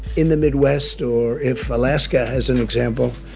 in the midwest or if alaska has an example,